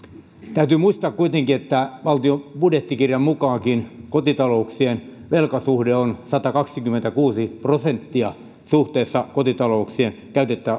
täytyy muistaa kuitenkin että valtion budjettikirjankin mukaan kotitalouksien velkasuhde on satakaksikymmentäkuusi prosenttia suhteessa kotitalouksien